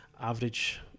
average